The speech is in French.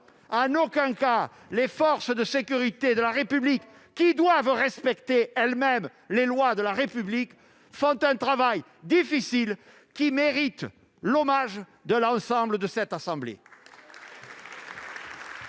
En aucun cas ! Les forces de sécurité de la République, qui doivent respecter elles-mêmes les lois de la République, font un travail difficile, qui mérite l'hommage de toute cette assemblée.